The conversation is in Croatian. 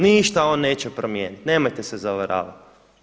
Ništa on neće promijeniti, nemojte se zavaravati.